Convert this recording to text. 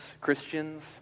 Christians